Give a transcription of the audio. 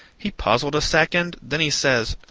he puzzled a second, then he says,